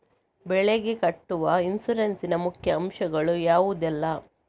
ಬೆಳೆಗೆ ಕಟ್ಟುವ ಇನ್ಸೂರೆನ್ಸ್ ನ ಮುಖ್ಯ ಅಂಶ ಗಳು ಯಾವುದೆಲ್ಲ?